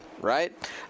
right